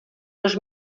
dos